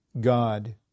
God